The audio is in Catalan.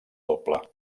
doble